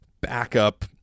backup